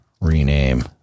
rename